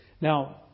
Now